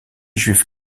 juifs